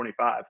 25